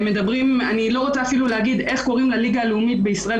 אני לא רוצה אפילו להגיד איך קוראים לליגה הלאומית בישראל.